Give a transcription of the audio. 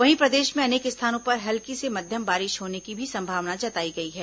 वहीं प्रदेश में अनेक स्थानों पर हल्की से मध्यम बारिश होने की भी संभावना जताई गई है